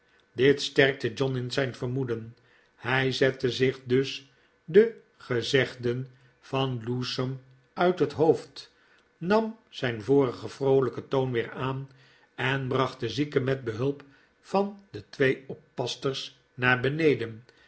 dit sterkte john in zijn vermoeden hij zette zich dus de gezegden van lewsome uit het hoofd nam zijn vorigen vroolijken toon weer aan en bracht den zieke met behulp van de twee oppassters naar beneden